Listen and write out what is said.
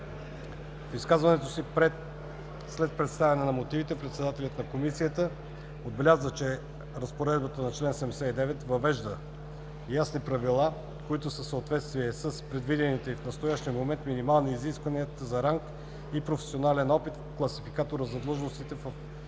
В изказването си след представяне на мотивите председателят на Комисията по отбрана Константин Попов отбеляза, че разпоредбата на чл. 79 въвежда ясни правила, които са в съответствие с предвидените и в настоящия момент минимални изисквания за ранг и професионален опит в Класификатора за длъжностите в администрацията,